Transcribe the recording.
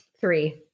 Three